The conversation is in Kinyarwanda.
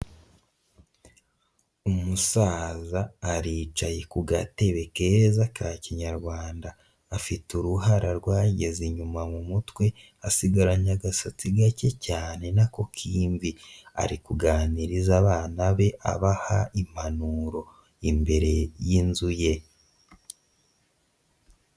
Umusaza aricaye ku gatebe keza ka kinyarwanda. Afite uruhara rwageze inyuma mu mutwe, asigaranye agasatsi gake cyane nako k'imvi. Ari kuganiriza abana be abaha impanuro imbere y'inzu ye.